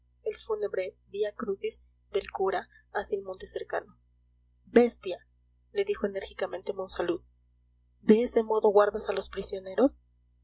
el fúnebre via crucis del cura hacia el monte cercano bestia le dijo enérgicamente monsalud de ese modo guardas a los prisioneros